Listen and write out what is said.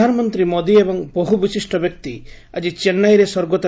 ପ୍ରଧାନମନ୍ତ୍ରୀ ମୋଦି ଏବଂ ବହୁ ବିଶିଷ୍ଟ ବ୍ୟକ୍ତି ଆଜି ଚେନ୍ନାଇରେ ସ୍ୱର୍ଗତ